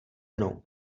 mnou